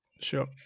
Sure